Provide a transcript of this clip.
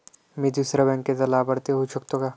मी दुसऱ्या बँकेचा लाभार्थी होऊ शकतो का?